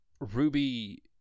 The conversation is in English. Ruby